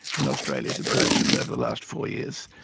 and australia's approaches over the last four years.